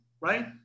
right